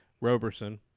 Roberson